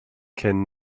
can